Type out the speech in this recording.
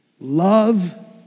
love